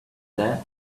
that